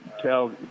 tell